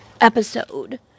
episode